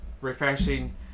refreshing